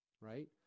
right